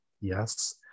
yes